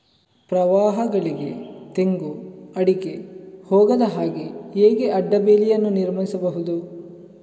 ಪ್ರವಾಹಗಳಿಗೆ ತೆಂಗು, ಅಡಿಕೆ ಹೋಗದ ಹಾಗೆ ಹೇಗೆ ಅಡ್ಡ ಬೇಲಿಯನ್ನು ನಿರ್ಮಿಸಬಹುದು?